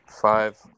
five